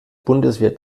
bundeswehr